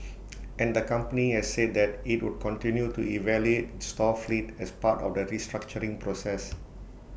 and the company has said that IT would continue to evaluate its store fleet as part of the restructuring process